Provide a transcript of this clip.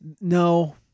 no